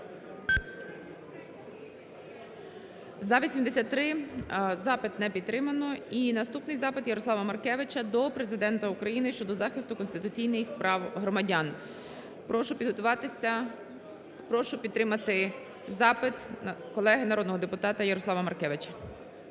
За-83 Запит не підтримано. І наступний запит Ярослава Маркевича до Президента України щодо захисту конституційних прав громадян. Прошу підготуватися, прошу підтримати запит колеги народного депутата Ярослава Маркевича.